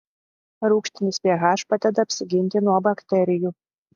rūgštinis ph padeda apsiginti nuo bakterijų